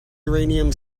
uranium